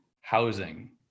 housing